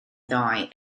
ddoe